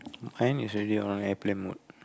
mine is already on airplane mode